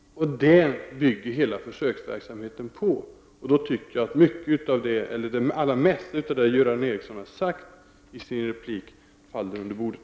Detta bygger hela försöksverksamheten på. Jag tycker alltså att det mesta Göran Ericsson sagt i sitt anförande faller under bordet.